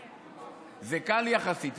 זה קל יחסית.